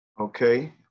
Okay